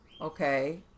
Okay